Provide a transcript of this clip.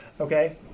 okay